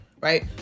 right